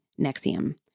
Nexium